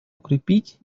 укрепить